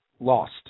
lost